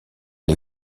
les